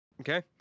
Okay